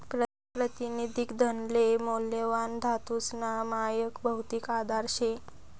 प्रातिनिधिक धनले मौल्यवान धातूसना मायक भौतिक आधार शे